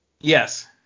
Yes